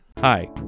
Hi